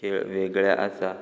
खेळ वेगळे आसा